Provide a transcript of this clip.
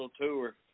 Tour